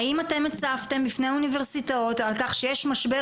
האם הצפתם בפני האוניברסיטאות על-כך שיש משבר